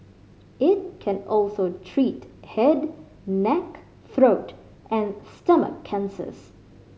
it can also treat head neck throat and stomach cancers